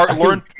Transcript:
Learn